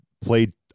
played